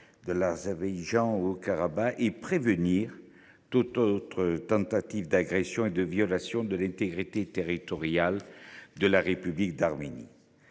de l’Azerbaïdjan au Haut Karabagh et prévenir toute autre tentative d’agression et de violation de l’intégrité territoriale de la République d’Arménie